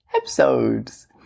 episodes